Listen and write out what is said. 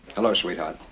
hello, sweetheart.